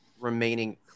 remaining